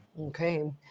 Okay